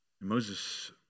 Moses